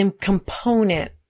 component